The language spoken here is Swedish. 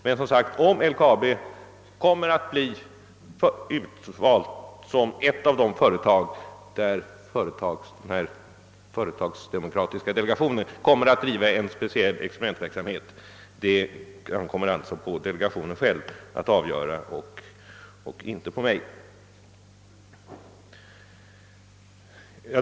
Huruvida LKAB kommer att bli utvalt som ett av de företag där företagsdemokratiska delegationen skall bedriva en speciell experimentverksamhet ankommer som sagt på delegationen att avgöra och inte på mig.